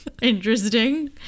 interesting